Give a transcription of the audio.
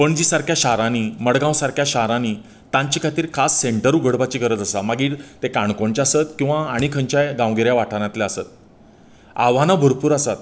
पणजी सारक्या शारांनी मडगांव सारक्या शारांनी तांच्या खातीर खास सेंटर उगडपाची गरज आसा मागीर ते काणकोणचें आसत किंवा आनी खंयचें गांवगिऱ्या वाठारातलें आसत आव्हानां भरपूर आसात